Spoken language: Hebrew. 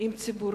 עם ציבור,